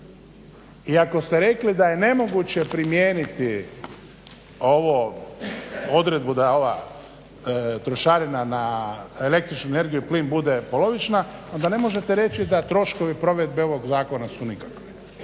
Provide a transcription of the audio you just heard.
I ako ste rekli da je nemoguće primijeniti ovu odredbu da je ova trošarina na električnu energiju, plin bude polovična onda ne možete reći da troškovi provedbe ovoga zakona su nikakvi